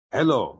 Hello